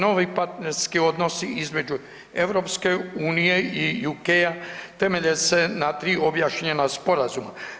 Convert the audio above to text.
Novi partnerski odnos između EU i UK temelje se na 3 objašnjena sporazuma.